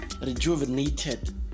rejuvenated